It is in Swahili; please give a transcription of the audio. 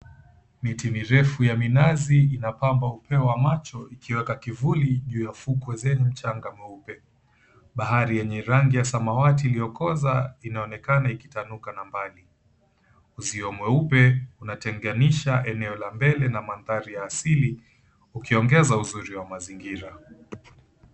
Miti mirefu ya minazi inapamba upeo wa macho ikiweka kivuli juu ya fukwe zenye mchanga mweupe. Bahari yenye rangi ya samawati iliyokoza inaonekana ikitanuka na mbali. Uzio mweupe unatenganisha eneo la mbele na maanthari ya asili ukiongeza uzuri wa mazingira.